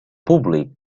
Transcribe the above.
públic